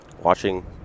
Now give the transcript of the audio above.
watching